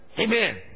Amen